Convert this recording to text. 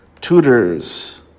Tutors